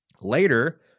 Later